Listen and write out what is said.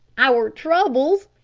our troubles!